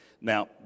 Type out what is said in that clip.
Now